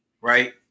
right